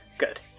Good